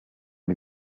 die